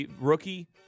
rookie